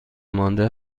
مانده